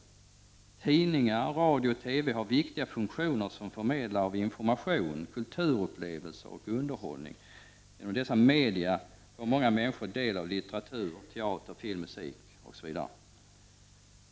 Tidningar, radio och TV har viktiga funktioner som förmedlare av information, kulturupplevelser och underhållning. Genom dessa media får många människor del av litteratur, teater, film, musik, osv.